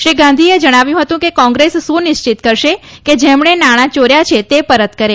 શ્રી ગાંધીએ જણાવ્યું હતું કે કોંગ્રેસ સુનિશ્ચિત કરશે કે જેમણે નાણાં ચોર્યા છે તે પરત કરે